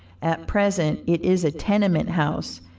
at present it is a tenement house,